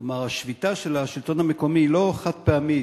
כלומר, השביתה של השלטון המקומי היא לא חד-פעמית.